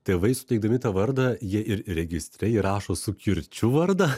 tėvai suteikdami tą vardą jie ir registre įrašo su kirčiu vardą